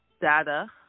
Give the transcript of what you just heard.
data